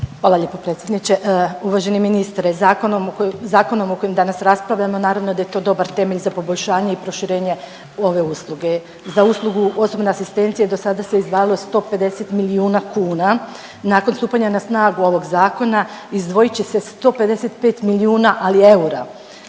Hvala lijepo predsjedniče. Uvaženi ministre zakonom o kojem danas raspravljamo naravno da je to dobar temelj za poboljšanje i proširenje ove usluge. Za uslugu osobne asistencije do sada se izdvajalo 150 milijuna kuna. Nakon stupanja na snagu ovog zakona izdvojit će se 155 milijuna ali eura.